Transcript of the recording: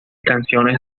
canciones